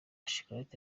shikarete